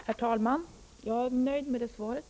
Herr talman! Jag är nöjd med det svaret.